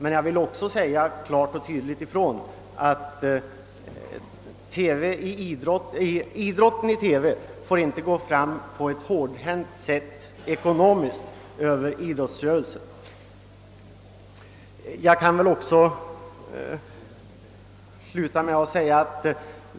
Men jag vill säga ifrån att idrottssändningarna i TV inte får innebära att man i ekonomiskt hänseende går hårdhänt fram mot idrottsrörelsen.